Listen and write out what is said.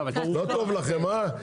לא טוב לכם אה?